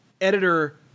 editor